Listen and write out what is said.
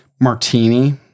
martini